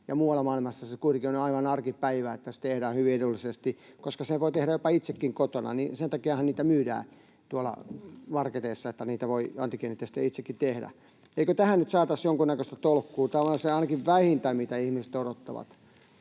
muualla maailmassa se kuitenkin on aivan arkipäivää, että se tehdään hyvin edullisesti ja sen voi tehdä jopa itsekin kotona. Sen takiahan niitä myydään tuolla marketeissa, että niitä antigeenitestejä voi itsekin tehdä. Eikö tähän nyt saataisi jonkunnäköistä tolkkua? Tämä olisi ainakin vähintä, mitä ihmiset odottavat,